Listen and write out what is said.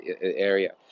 area